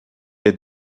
est